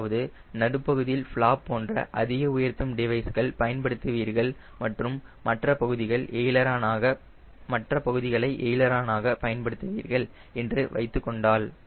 அதாவது நடுப்பகுதியில் ஃபளாப் போன்ற அதிக உயர்த்தும் டிவைஸ்களை பயன்படுத்துவீர்கள் மற்றும் மற்ற பகுதிகளை எய்லரானாக பயன்படுத்துவீர்கள் என்று வைத்துக் கொண்டால்